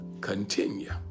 continue